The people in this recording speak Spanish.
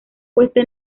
puesta